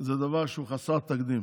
זה דבר שהוא חסר תקדים.